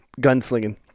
gunslinging